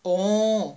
oo